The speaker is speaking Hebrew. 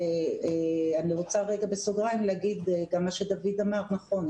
ואני רוצה לומר בסוגריים גם מה שדויד אמר נכון,